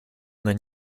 then